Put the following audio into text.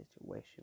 situation